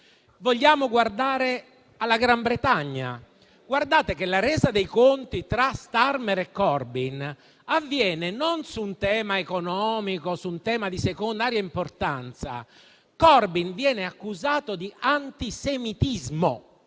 Vogliamo guardare alla Gran Bretagna? Guardate che la resa dei conti tra Starmer e Corbyn avviene non su un tema economico o su un tema di secondaria importanza; Corbyn viene accusato di antisemitismo,